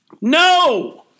No